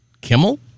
Kimmel